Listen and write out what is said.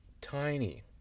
tiny